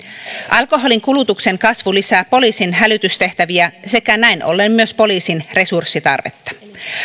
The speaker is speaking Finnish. alkoholin kulutuksen kasvu lisää poliisin hälytystehtäviä sekä näin ollen myös poliisin resurssitarvetta